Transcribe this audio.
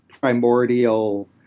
primordial